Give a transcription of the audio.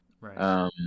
right